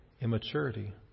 Immaturity